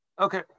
Okay